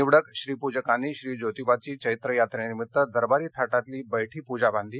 निवडक श्री पूजकांनी श्री जोतिबाची चैत्र यात्रेनिमित्त दरबारी थानितली बैठी पूजा बांधली